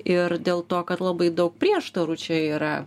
ir dėl to kad labai daug prieštarų čia yra